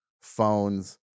phones